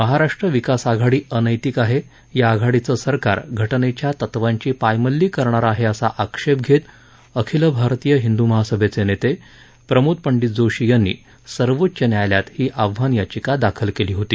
महाराष्ट्र विकास आघाडी अनैतिक आहे या आघाडीचं सरकार घटनेच्या तत्वांची पायमल्ली करणारं आहे असा आक्षेप घेत अखिल भारतीय हिंदू महासभेचे नेते प्रमोद पंडित जोशी यांनी सर्वोच्च न्यायालयात ही आव्हान याचिका दाखल केली होती